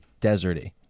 deserty